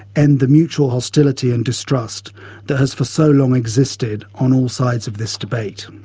end the mutual hostility and distrust that has for so long existed on all sides of this debate,